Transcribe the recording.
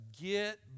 get